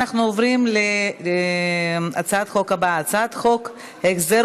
אנחנו עוברים להצעת החוק הבאה: הצעת חוק החזר